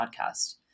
podcast